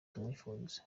tumwifuriza